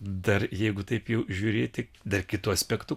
dar jeigu taip jau žiūrėti dar kitu aspektu